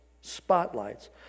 spotlights